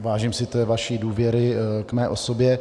Vážím si té vaší důvěry k mé osobě.